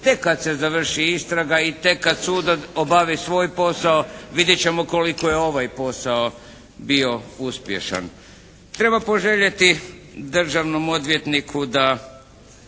tek kada se završi istraga i tek kad sud obavi svoj posao vidjeti ćemo koliko je ovaj posao bio uspješan. Treba poželjeti državnom odvjetniku da